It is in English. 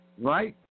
Right